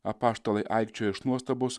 apaštalai aikčiojo iš nuostabos